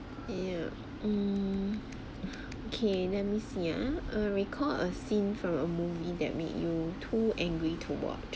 yeah mm okay let me see ah err recall a scene from a movie that made you too angry to watch